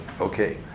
okay